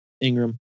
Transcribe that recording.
Ingram